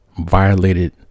violated